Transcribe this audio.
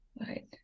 right